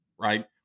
right